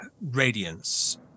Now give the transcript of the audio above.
radiance